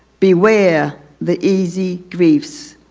beware the easy griefs,